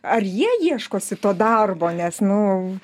ar jie ieškosi to darbo nes nu